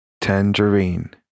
Tangerine